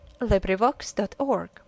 LibriVox.org